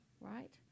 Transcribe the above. right